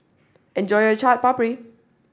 enjoy your Chaat Papri